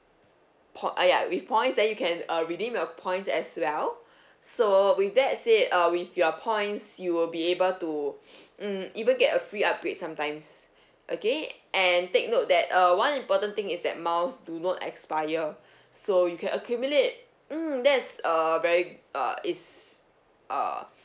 po~ uh ya with points then you can uh redeem your points as well so with that said uh with your points you will be able to mm even get a free upgrade sometimes okay and take note that uh one important thing is that miles do not expire so you can accumulate mm that's err very uh it's uh